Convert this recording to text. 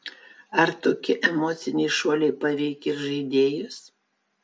ar tokie emociniai šuoliai paveikia ir žaidėjus